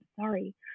sorry